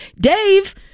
Dave